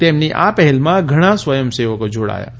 તેમની આ પહેલમાં ઘણાં સ્વયંસેવકો જોડાથા